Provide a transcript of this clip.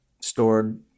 stored